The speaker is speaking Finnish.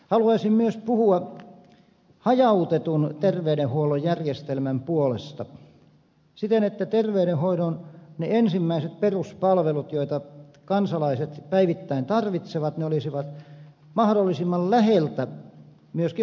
haluaisin myös puhua hajautetun terveydenhuollon järjestelmän puolesta siten että terveydenhoidon ensimmäiset peruspalvelut joita kansalaiset päivittäin tarvitsevat olisivat mahdollisimman läheltä myöskin laadukkaina saatavissa